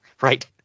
right